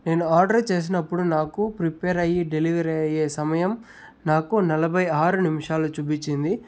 నేను ఆర్డర్ చేసినప్పుడు నాకు ప్రిపేర్ అయ్యి డెలివరీ అయ్యే సమయం నాకు నలభై ఆరు నిమిషాలు చూపించింది